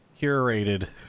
curated